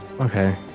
Okay